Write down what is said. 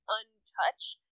untouched